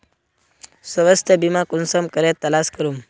स्वास्थ्य बीमा कुंसम करे तलाश करूम?